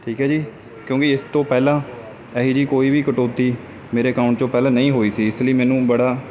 ਠੀਕ ਹੈ ਜੀ ਕਿਉਂਕਿ ਇਸ ਤੋਂ ਪਹਿਲਾਂ ਇਹੋ ਜਿਹੀ ਕੋਈ ਵੀ ਕਟੌਤੀ ਮੇਰੇ ਅਕਾਊਂਟ 'ਚੋਂ ਪਹਿਲਾਂ ਨਹੀਂ ਹੋਈ ਸੀ ਇਸ ਲਈ ਮੈਨੂੰ ਬੜਾ